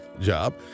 job